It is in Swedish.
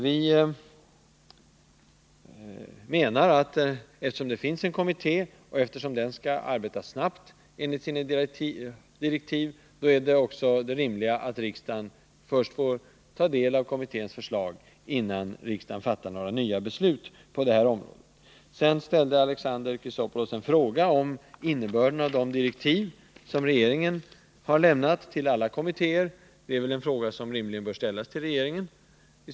Vi menar, eftersom det finns en kommitté som enligt sina direktiv skall arbeta snabbt, att det är rimligt att riksdagen får ta del av kommitténs förslag innan den fattar några nya beslut på det här området. Alexander Chrisopoulos ställde en fråga om innebörden av de direktiv som regeringen har lämnat till alla kommittéer. Den frågan bör väl rimligen, om något är oklart, ställas till regeringen.